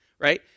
right